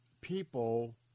people